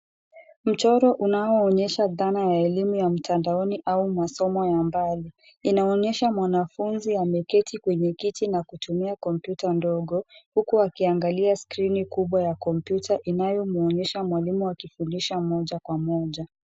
Mchoro unaonyesha dhana ya elimu ya mtandaoni au masomo ya mbali. Inaonyesha mwanafunzi ameketi kwenye kiti na kutumia kompyuta ndogo huku akiangalia skrini ya kompyuta inayomwonyesha mwalimu akifunza moja kwa moja.